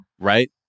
Right